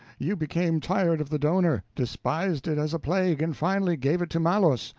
you became tired of the donor, despised it as a plague, and finally gave it to malos,